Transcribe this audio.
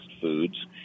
foods